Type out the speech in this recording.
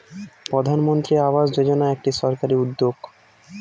প্রধানমন্ত্রী আবাস যোজনা একটি সরকারি উদ্যোগ